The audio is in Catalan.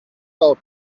del